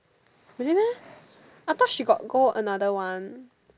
really meh I thought she got go another one